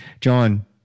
John